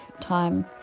time